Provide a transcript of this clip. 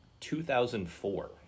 2004